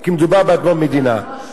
כי מדובר באדמות מדינה.